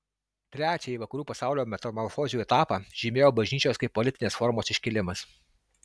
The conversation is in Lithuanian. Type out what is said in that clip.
trečiąjį vakarų pasaulio metamorfozių etapą žymėjo bažnyčios kaip politinės formos iškilimas